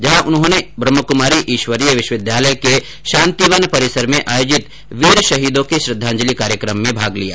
जहां उन्होंने ब्रहमकमारी ईश्वरीय विश्वविद्यालय के शांति वन परिसर में आयोजित वीर शहीदों के श्रद्वांजलि कार्यक्रम में भाग लिया